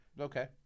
Okay